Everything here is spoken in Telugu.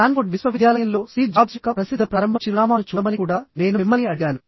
స్టాన్ఫోర్డ్ విశ్వవిద్యాలయంలో స్టీవ్ జాబ్స్ యొక్క ప్రసిద్ధ ప్రారంభ చిరునామాను చూడమని కూడా నేను మిమ్మల్ని అడిగాను